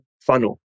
funnel